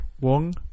Wong